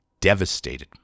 devastated